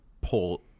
pull